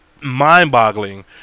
mind-boggling